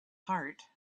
heart